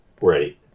Right